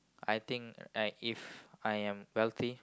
I think right If I am wealthy